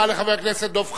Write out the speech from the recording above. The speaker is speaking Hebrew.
תודה רבה לחבר הכנסת דב חנין.